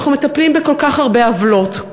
אנחנו מטפלים בכל כך הרבה עוולות,